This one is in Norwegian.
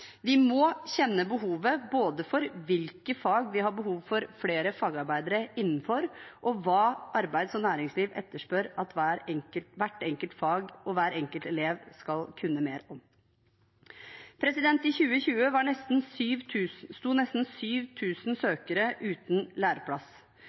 Vi må kjenne behovet både for hvilke fag vi har behov for flere fagarbeidere innenfor, hva arbeids- og næringsliv etterspør når det gjelder hvert enkelt fag, og hva hver enkelt elev skal kunne mer om. I 2020 sto nesten